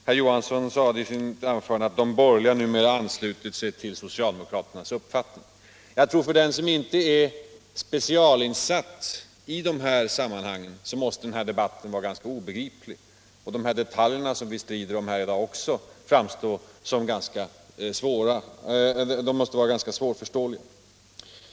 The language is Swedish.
Herr Johansson sade i sitt anförande ”att de borgerliga numera anslutit sig till socialdemokraternas uppfattning”. Jag menar att för den som inte är specialinsatt i de här sammanhangen är denna debatt ganska obegriplig och de detaljer som vi strider om här i dag ganska svårförståeliga. Herr talman!